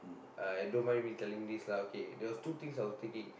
I don't mind me telling this lah there was two things I was thinking